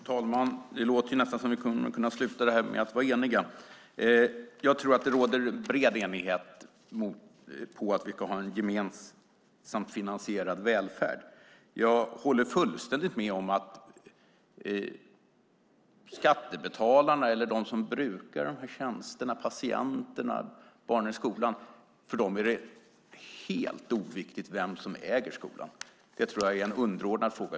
Fru talman! Det låter nästan som om detta kommer att sluta med att vi är eniga. Jag tror att det råder bred enighet om att vi ska ha en gemensamt finansierad välfärd. Jag håller fullständigt med om att det för skattebetalarna eller för dem som brukar dessa tjänster - patienterna och barnen i skolan - är helt oviktigt vem som äger skolan eller sjukhuset. Det tror jag är en underordnad fråga.